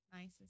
nice